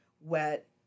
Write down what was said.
wet